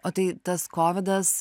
o tai tas kovidas